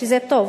שזה טוב